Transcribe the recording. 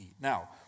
Now